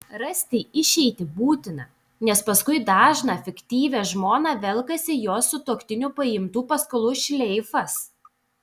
rasti išeitį būtina nes paskui dažną fiktyvią žmoną velkasi jos sutuoktinio paimtų paskolų šleifas